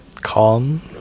calm